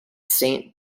saint